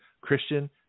Christian